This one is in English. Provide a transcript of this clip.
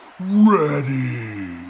ready